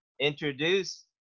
introduce